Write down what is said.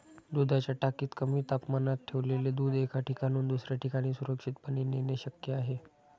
दुधाच्या टाकीत कमी तापमानात ठेवलेले दूध एका ठिकाणाहून दुसऱ्या ठिकाणी सुरक्षितपणे नेणे शक्य आहे